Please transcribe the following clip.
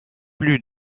plus